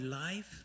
life